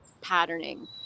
patterning